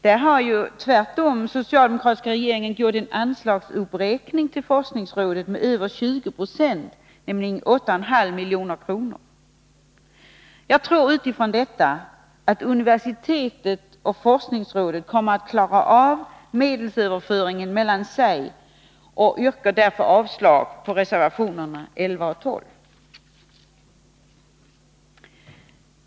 Den socialdemokratiska regeringen föreslår en uppräkning av anslaget till forskningsrådet med över 20 20, dvs. 8,5 milj.kr. Mot den bakgrunden tror jag att universitetet och forskningsrådet kommer att klara av medelsfördelningen dem emellan, och jag yrkar därför avslag på reservationerna 11 och 12.